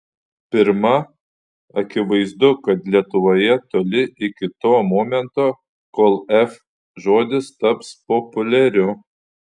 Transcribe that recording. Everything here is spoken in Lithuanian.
pirma akivaizdu kad lietuvoje toli iki to momento kol f žodis taps populiariu